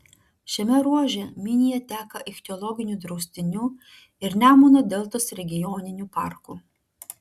šiame ruože minija teka ichtiologiniu draustiniu ir nemuno deltos regioniniu parku